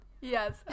Yes